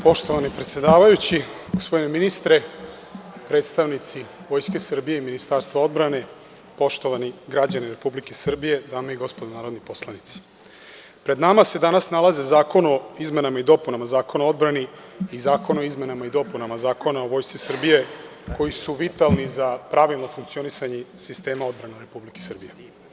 Poštovani predsedavajući, gospodine ministre, predstavnici Vojske Srbije i Ministarstva odbrane, poštovani građani Republike Srbije, dame i gospodo narodni poslanici, pred nama se danas nalaze zakoni o izmenama i dopunama Zakona o odbrani i zakon o izmenama i dopunama Zakona o Vojsci Srbije, koji su vitalni za pravilno funkcionisanje sistema odbrane Republike Srbije.